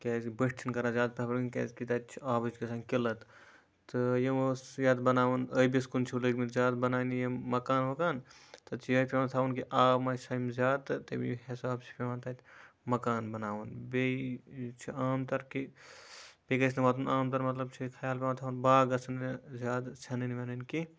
کیازِ بیٚٹھ چھِنہٕ کَران زیادٕ پریٚفر کینٛہہ کیازِ کہِ تَتہِ چھ آبٕچ گَژھان قٕلت تہٕ یِم وَنۍ یتھ بَناوَن ٲبَس کُن چھ لٔگمٕتۍ زیادٕ بَنانہٕ یِم مَکان وَکان تَتہِ چھِ یہے پیٚوان تھاوُن کہِ آب مہَ سَمہِ زیادٕ تہِ تمے حِساب چھ پیٚوان تَتہِ مَکانہٕ بَناوُن بیٚیہِ چھِ عام تر کہِ یہِ گَژھِ نہٕ واتُن عام تر چھ مَطلَب خَیال پیٚوان تھاون باغ گَژھَن نہٕ زیادٕ ژھیٚنن ویٚنن کینٛہہ